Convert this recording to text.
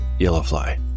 Yellowfly